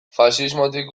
faxismotik